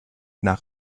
nach